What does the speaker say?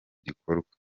gikorwa